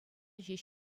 ҫеҫ